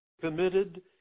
committed